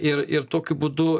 ir ir tokiu būdu